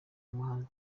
umuhanzi